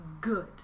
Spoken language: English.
good